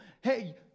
hey